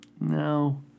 no